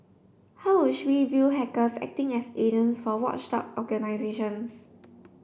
how wish we view hackers acting as agents for watchdog organisations